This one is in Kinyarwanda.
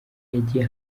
yagiye